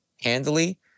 handily